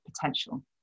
potential